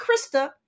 Krista